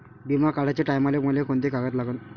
बिमा काढाचे टायमाले मले कोंते कागद लागन?